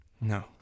No